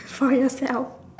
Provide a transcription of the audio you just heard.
for yourself